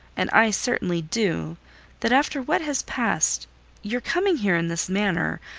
and i certainly do that after what has passed your coming here in this manner,